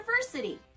University